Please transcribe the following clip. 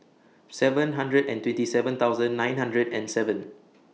seven hundred and twenty seven thousand nine hundred and seven